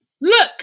look